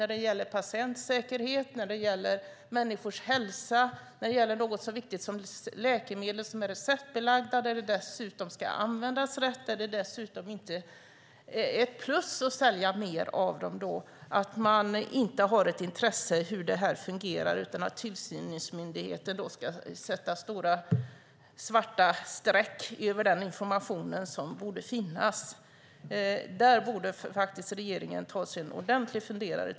När det gäller patientsäkerhet, människors hälsa och något så viktigt som läkemedel som är receptbelagda, som ska användas rätt och som det dessutom inte är ett plus att sälja mer av är det oerhört konstigt att man inte har ett intresse av hur det fungerar, utan tillsynsmyndigheter ska dra stora svarta streck över den information som borde finnas. Där borde regeringen ta sig en ordentlig funderare.